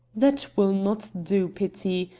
that will not do, petit.